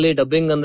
dubbing